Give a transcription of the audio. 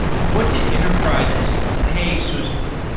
what did enterprises pay suse for?